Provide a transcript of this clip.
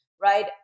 right